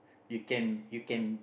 you can you can